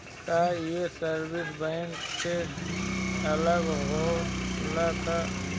का ये service bank से अलग होला का?